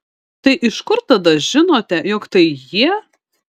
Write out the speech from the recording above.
tai iš kur tada žinote jog tai jie